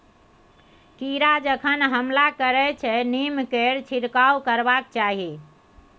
कीड़ा जखन हमला करतै तँ नीमकेर छिड़काव करबाक चाही